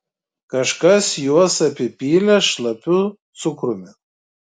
kažkas juos apipylė šlapiu cukrumi